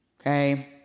Okay